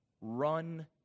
run